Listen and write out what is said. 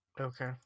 Okay